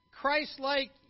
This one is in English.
Christ-like